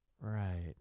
Right